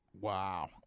Wow